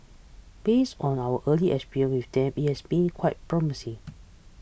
based on our early experience with them it has been quite promising